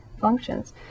functions